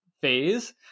phase